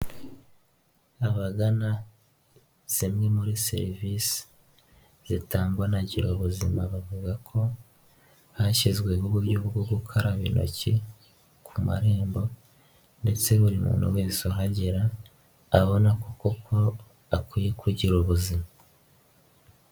Abagana zimwe muri serivisi zitangwa na Girubuzima bavuga ko hashyizweho uburyo bwo gukaraba intoki ku marembo, ndetse buri muntu wese uhagera abona koko ko akwiye kugira ubuzima.